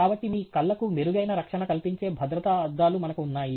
కాబట్టి మీ కళ్ళకు మెరుగైన రక్షణ కల్పించే భద్రతా అద్దాలు మనకు ఉన్నాయి